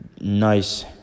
nice